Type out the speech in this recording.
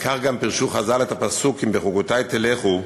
וכך גם פירשו חז"ל את הפסוק "אם בחֻקֹתי תלכו"